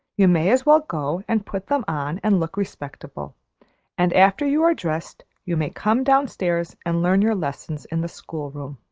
you may as well go and put them on and look respectable and after you are dressed, you may come downstairs and learn your lessons in the school-room.